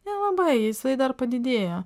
nelabai jisai dar padidėjo